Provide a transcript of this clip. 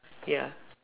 ya